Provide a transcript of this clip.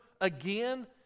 again